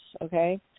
okay